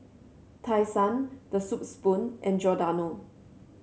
Tai Sun The Soup Spoon and Giordano